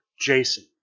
Jason